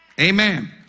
Amen